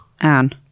Anne